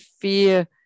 fear